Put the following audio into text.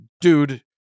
dude